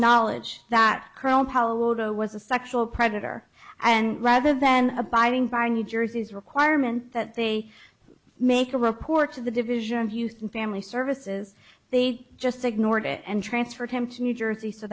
knowledge that colonel paul waldo was a sexual predator and rather than abiding by new jersey's requirement that they make a report to the division houston family services they just ignored it and transferred him to new jersey so